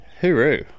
hooroo